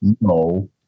No